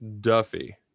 Duffy